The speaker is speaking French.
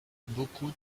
beaucoup